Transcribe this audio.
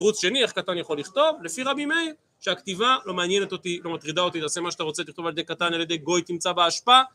תירוץ שני איך קטן יכול לכתוב לפי רבי מאיר שהכתיבה לא מעניינת אותי לא מטרידה אותי תעשה מה שאתה רוצה תכתוב על ידי קטן על ידי גוי תמצא באשפה